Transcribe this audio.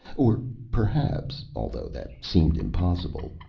or perhaps, although that seemed impossible,